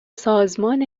سازمان